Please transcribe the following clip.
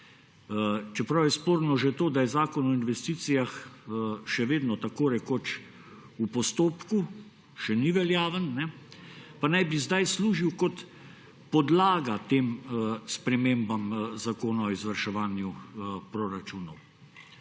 Čeprav je sporno že to, da je zakon o investcijah še vedno tako rekoč v postopku, še ni veljaven, pa naj bi zdaj služil kot podlaga tem spremembam zakona o izvrševanju proračunov,